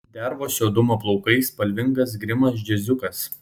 dervos juodumo plaukai spalvingas grimas džiaziukas